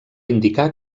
indicar